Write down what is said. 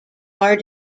are